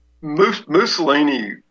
Mussolini